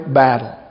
battle